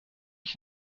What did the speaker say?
ich